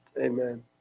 amen